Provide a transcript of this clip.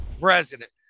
president